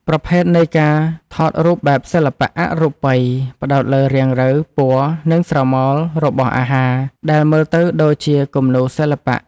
ប្រភេទនៃការថតរូបបែបសិល្បៈអរូបិយ ផ្ដោតលើរាងរៅ ពណ៌ និងស្រមោលរបស់អាហារ ដែលមើលទៅដូចជាគំនូរសិល្បៈ។